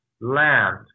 land